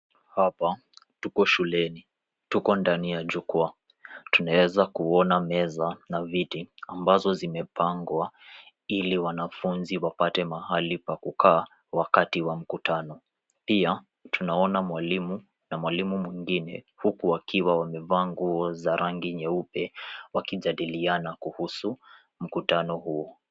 Hapa tuko shuleni, tuko ndani ya jukwaa, tunaeza kuuona meza na viti ambazo zimepangwa ili wanafunzi wapate mahali pa kukaa wakati wa mkutano. pia tunaona mwalimu na mwalimu mwingine huku waki wamevaa nguo za rangi nyeupe wakijadiliana kuhusu mkutano huo.